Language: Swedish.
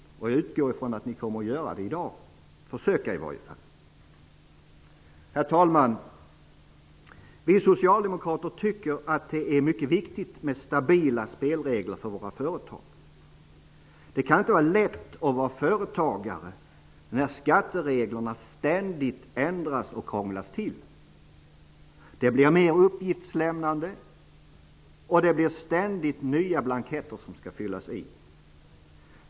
Jag utgår ifrån att ni gör det här i dag -- åtminstone att ni försöker att göra det. Herr talman! Vi socialdemokrater tycker att det är mycket viktigt med stabila spelregler för våra företag. Det kan inte vara lätt att vara företagare när skattereglerna ständigt ändras och krånglas till. Det blir mer uppgiftslämnande och ständigt nya blanketter som skall fyllas i.